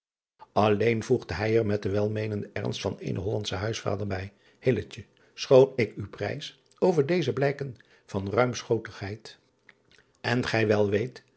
lleen voegde hij er met den welmeenenden ernst van eenen ollandschen huisvader bij schoon ik u prijs over deze blijken van ruim driaan oosjes zn et leven van illegonda uisman schotigheid en gij wel weet